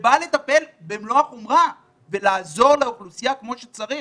לטפל בה במלוא החומרה ולעזור לאוכלוסייה כמו שצריך.